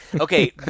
Okay